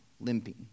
limping